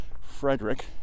Frederick